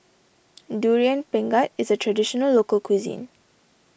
Durian Pengat is a Traditional Local Cuisine